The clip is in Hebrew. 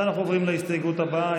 אנחנו עוברים להסתייגות הבאה,